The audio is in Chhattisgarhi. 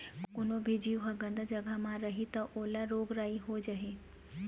कोनो भी जीव ह गंदा जघा म रही त ओला रोग राई हो जाही